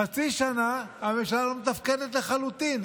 חצי שנה הממשלה לא מתפקדת לחלוטין,